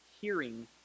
hearing